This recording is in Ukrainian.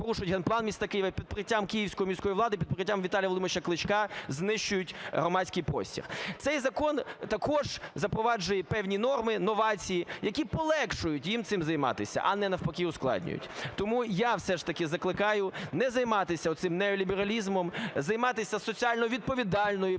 порушують генплан міста Києва, під прикриттям Київської міської влади, під прикриттям Віталія Володимировича Кличка знищують громадський простір. Цей закон також запроваджує певні норми, новації, які полегшують їм цим займатися, а не навпаки ускладнюють. Тому я все ж таки закликаю не займатися оцим неолібералізмом, займатися соціально відповідальною